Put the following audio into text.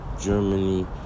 Germany